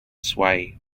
sway